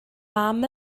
mam